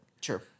Sure